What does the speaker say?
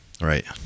Right